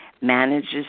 manages